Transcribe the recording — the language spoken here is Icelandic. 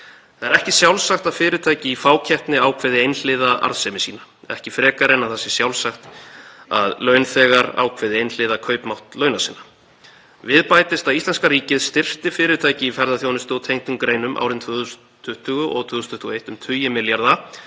Það er ekki sjálfsagt að fyrirtæki í fákeppni ákveði einhliða arðsemi sína, ekki frekar en það sé sjálfsagt að launþegar ákveði einhliða kaupmátt launa sinna. Við bætist að íslenska ríkið styrkti fyrirtæki í ferðaþjónustu og tengdum greinum árin 2020 og 2021 um tugi milljarða